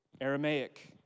Aramaic